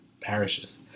parishes